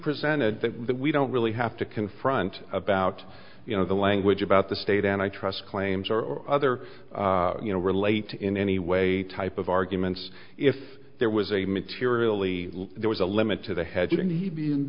presented that we don't really have to confront about you know the language about the state and i trust claims or other you know relate to in any way type of arguments if there was a materially there was a limit to the hedging he'd be